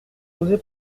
oser